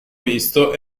visto